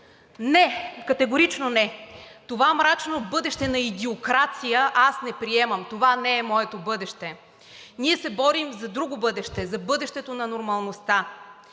Не, категорично не! Това мрачно бъдеще на идиокрация аз не приемам, това не е моето бъдеще! Ние се борим за друго бъдеще – за бъдещето на нормалността.